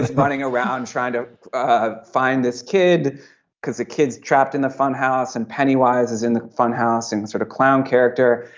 running around trying to ah find this kid because the kids trapped in the fun house and pennywise is in the fun house and sort of clown character.